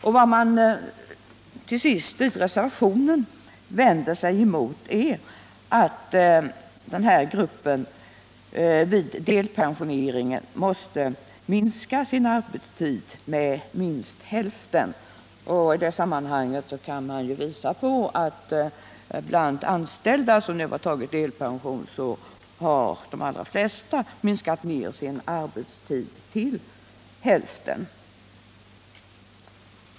Men vad reservanterna vänder sig mot är att den här gruppen vid delpensionering måste minska sin arbetstid till minst hälften. Det kan i detta sammanhang påpekas att de allra flesta som hittills tagit delpension har minskat sin arbetstid till just hälften.